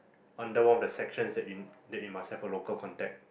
under one of the sections that it that it must have a local contact